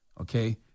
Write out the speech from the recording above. Okay